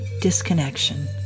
disconnection